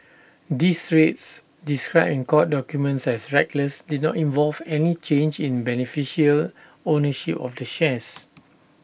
these trades described in court documents as reckless did not involve any change in beneficial ownership of the shares